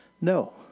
No